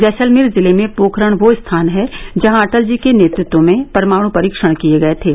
जैसलमेर जिले में पोखरण वो स्थान है जहां अटल जी के नेतृत्व में परमाणु परीक्षण किये गये थे